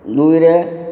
ଦୁଇରେ